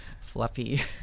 fluffy